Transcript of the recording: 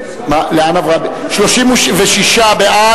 36 נגד,